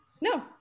No